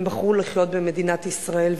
והם בחרו לחיות במדינת ישראל,